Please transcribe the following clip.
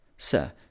Sir